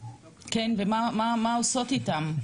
כן, ומה עושות איתם?